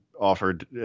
offered